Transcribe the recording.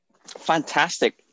Fantastic